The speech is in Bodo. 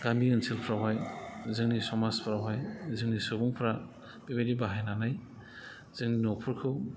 गामि ओनसोलफोरावहाय जोंनि समाजफोरावहाय जोंनि सुबुंफोरा बेबायदि बाहायनानै जोंनि न'खरखौ